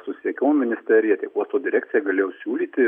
susisiekimo ministerija tiek uosto direkcija galėjau siūlyti